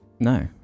No